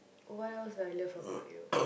what else that I love about you